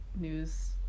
news